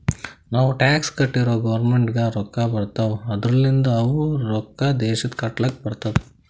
ನಾವ್ ಟ್ಯಾಕ್ಸ್ ಕಟ್ಟುರ್ ಗೌರ್ಮೆಂಟ್ಗ್ ರೊಕ್ಕಾ ಬರ್ತಾವ್ ಅದೂರ್ಲಿಂದ್ ಅವು ರೊಕ್ಕಾ ದೇಶ ಕಟ್ಲಕ್ ಬರ್ತುದ್